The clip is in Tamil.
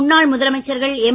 முன்னாள் முதலமைச்சர்கள் எம்